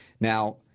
Now